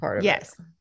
Yes